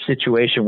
situation